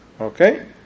Okay